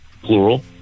plural